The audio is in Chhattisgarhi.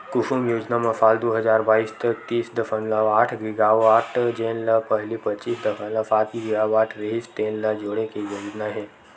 कुसुम योजना म साल दू हजार बाइस तक तीस दसमलव आठ गीगावाट जेन ल पहिली पच्चीस दसमलव सात गीगावाट रिहिस तेन ल जोड़े के योजना हे